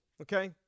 okay